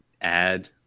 add